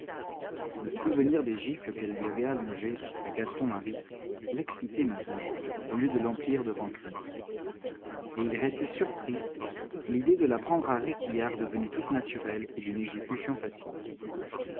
le souvenir des gifles qu'elle lui avait allongées à gaston marie l'excitait maintenant au lieu de l'emplir de rancune et il restait surpris l'idée de la prendre à réquillart devenait toute naturelle et d'une exécution facile